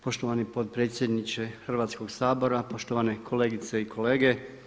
Poštovani potpredsjedniče Hrvatskog sabora, poštovane kolegice i kolege.